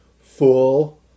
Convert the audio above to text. full